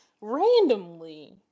randomly